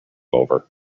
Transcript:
over